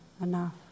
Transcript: enough